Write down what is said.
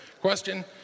Question